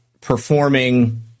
performing